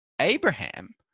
Abraham